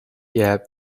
jääb